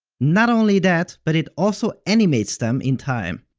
not only that, but it also animates them in time.